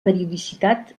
periodicitat